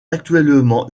actuellement